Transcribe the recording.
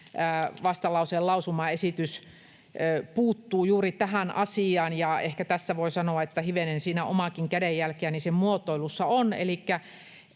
vastalauseen lausumaesitys puuttuu juuri tähän asiaan, ja ehkä tässä voi sanoa, että hivenen omaakin kädenjälkeäni sen muotoilussa on.